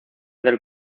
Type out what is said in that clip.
del